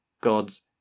God's